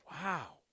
wow